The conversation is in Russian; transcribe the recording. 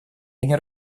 они